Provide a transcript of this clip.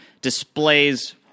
displays